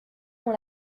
dans